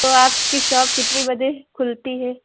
تو آپ کی شاپ کتنے بجے کھلتی ہے